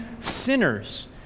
sinners